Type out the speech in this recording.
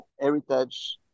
heritage